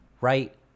right